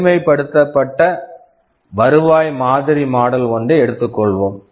எளிமைப்படுத்தப்பட்ட வருவாய் மாதிரி மாடல் model ஒன்றை எடுத்துக் கொள்வோம்